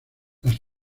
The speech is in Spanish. las